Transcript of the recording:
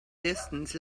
distance